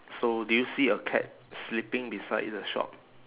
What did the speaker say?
so do you see a cat sleeping beside the shop